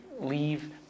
Leave